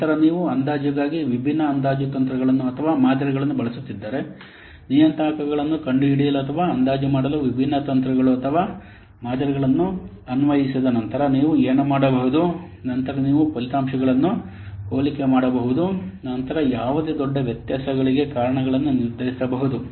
ನಂತರ ನೀವು ಅಂದಾಜುಗಾಗಿ ವಿಭಿನ್ನ ಅಂದಾಜು ತಂತ್ರಗಳನ್ನು ಅಥವಾ ಮಾದರಿಗಳನ್ನು ಬಳಸುತ್ತಿದ್ದರೆ ನಿಯತಾಂಕಗಳನ್ನು ಕಂಡುಹಿಡಿಯಲು ಅಥವಾ ಅಂದಾಜು ಮಾಡಲು ವಿಭಿನ್ನ ತಂತ್ರಗಳು ಅಥವಾ ಮಾದರಿಗಳನ್ನು ಅನ್ವಯಿಸಿದ ನಂತರ ನೀವು ಏನು ಮಾಡಬಹುದು ನಂತರ ನೀವು ಫಲಿತಾಂಶಗಳನ್ನು ಹೋಲಿಕೆ ಮಾಡಬಹುದು ಮತ್ತು ನಂತರ ಯಾವುದೇ ದೊಡ್ಡ ವ್ಯತ್ಯಾಸಗಳಿಗೆ ಕಾರಣಗಳನ್ನು ನಿರ್ಧರಿಸಬಹುದು